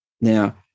Now